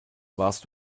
warst